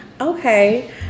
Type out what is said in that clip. Okay